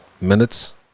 minutes